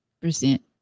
percent